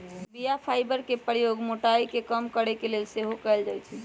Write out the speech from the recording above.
बीया फाइबर के प्रयोग मोटाइ के कम करे के लेल सेहो कएल जाइ छइ